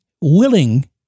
willing